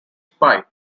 spike